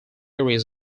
areas